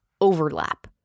overlap